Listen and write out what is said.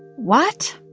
what?